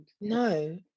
No